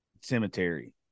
cemetery